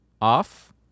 Off